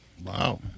Wow